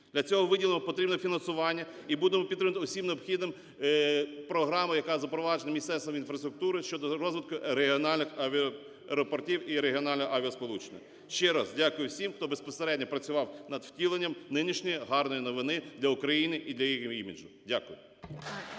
Для цього виділено потрібне фінансування, і будемо підтримувати усім необхідним, програма, яка запроваджена Міністерством інфраструктури щодо розвитку регіональних авіа… аеропортів і регіонального авіасполучення. Ще раз дякую всім, хто безпосередньо працював над втіленням нинішньої гарної новини для України і для її іміджу. Дякую.